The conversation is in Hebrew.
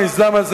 המיזם הזה,